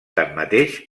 tanmateix